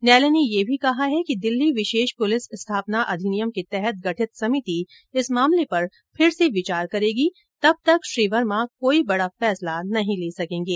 न्यायालय ने यह भी कहा है कि दिल्ली विशेष पुलिस स्थापना अधिनियम के तहत गठित समिति इस मामले पर फिर से विचार करेगी तब तक श्री वर्मा कोई बड़ा फैसला नहीं ले सकेंगे